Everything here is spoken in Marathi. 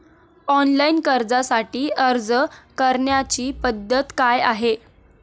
ऑनलाइन कर्जासाठी अर्ज करण्याची पद्धत काय आहे?